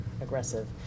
aggressive